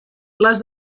les